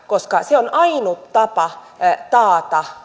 koska se on ainut tapa taata